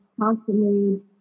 constantly